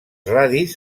radis